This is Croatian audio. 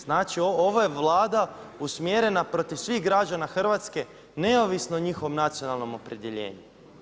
Znači ovo je Vlada usmjerena protiv svih građana Hrvatske neovisno o njihovom nacionalnom opredjeljenju.